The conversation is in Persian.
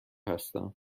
هستم